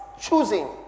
choosing